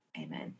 amen